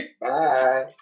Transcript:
Bye